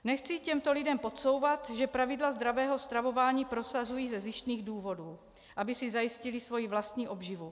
Nechci těmto lidem podsouvat, že pravidla zdravého stravování prosazují ze zištných důvodů, aby si zajistili svoji vlastní obživu.